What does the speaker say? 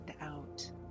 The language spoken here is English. out